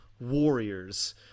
warriors